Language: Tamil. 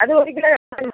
அது ஒரு கிலோ